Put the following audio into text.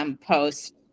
post